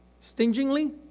stingingly